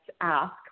Ask